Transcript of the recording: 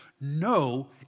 No